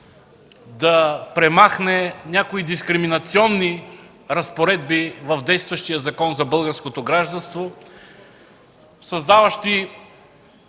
да премахне някои дискриминационни разпоредби в действащия Закон за българското гражданство, създаващи